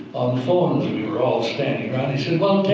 on phones we were all standing by and he said, well